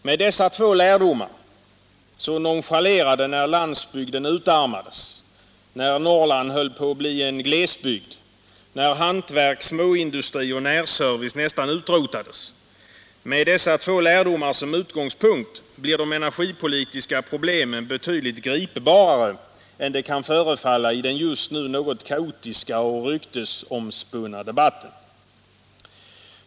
Med dessa två lärdomar — så nonchalerade när landsbygden utarmades, när Norrland höll på att bli en glesbygd, när hantverk, småindustri och närservice nästan utrotades — som utgångspunkt blir de energipolitiska problemen betydligt gripbarare än det kan förefalla i den just nu något kaotiska och ryktesomspunna debatten.